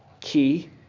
key